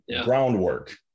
groundwork